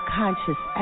conscious